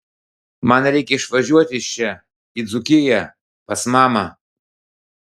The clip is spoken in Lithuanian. man reikia išvažiuoti iš čia į dzūkiją pas mamą